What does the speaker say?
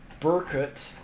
Burkut